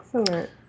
Excellent